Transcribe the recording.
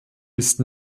ist